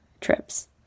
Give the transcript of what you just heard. trips